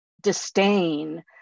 disdain